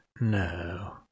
no